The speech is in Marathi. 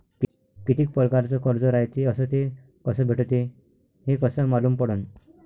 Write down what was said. कितीक परकारचं कर्ज रायते अस ते कस भेटते, हे कस मालूम पडनं?